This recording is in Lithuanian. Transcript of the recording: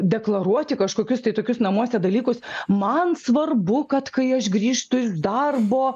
deklaruoti kažkokius tai tokius namuose dalykus man svarbu kad kai aš grįžtu iš darbo